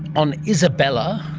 on isabela,